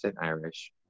Irish